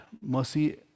mercy